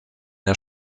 der